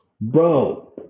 bro